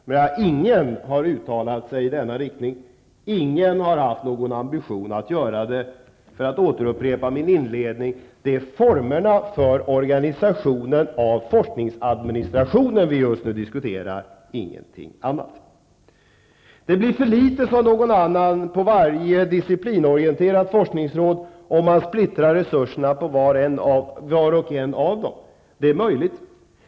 Men ingen har uttalat sig i den riktningen. Ingen har haft någon ambition att göra det, för att återupprepa min inledning. Det är formerna för organisationen av forskningsadministrationen vi diskuterar just nu. Ingenting annat. Det blir för litet, sade någon annan, på varje disciplinorienterat forskningsråd om man splittrar resurserna på vart och ett av dem. Det är möjligt.